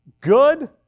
good